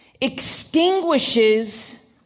extinguishes